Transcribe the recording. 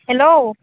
hello